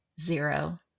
zero